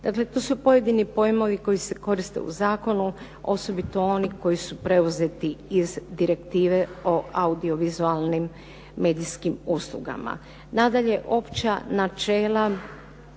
Dakle, tu su pojedini pojmovi koji se koriste u zakonu, osobito oni koji su preuzeti iz Direktive o audiovizualnim medijskim uslugama. Nadalje, opća načela